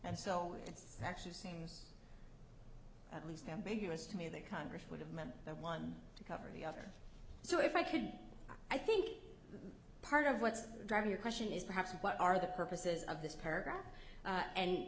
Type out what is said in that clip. and so it's actually seems at least ambiguous to me that congress would have meant that one covered the other so if i could i think part of what's driving your question is perhaps what are the purposes of this paragraph